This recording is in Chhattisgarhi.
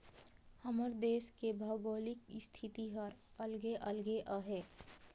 हमर देस के भउगोलिक इस्थिति हर अलगे अलगे अहे